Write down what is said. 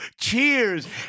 cheers